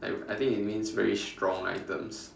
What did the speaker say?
I I think it means very strong items